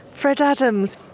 fred adams,